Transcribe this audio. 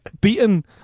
beaten